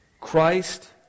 Christ